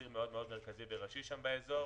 ציר מאוד מאוד מרכזי וראשי באזור,